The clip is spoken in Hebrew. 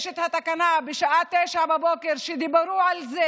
יש את התקנה, בשעה 09:00 דיברו על זה